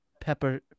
Pepper